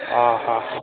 ହଁ ହଁ